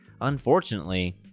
unfortunately